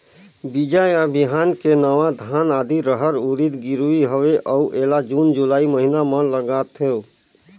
बीजा या बिहान के नवा धान, आदी, रहर, उरीद गिरवी हवे अउ एला जून जुलाई महीना म लगाथेव?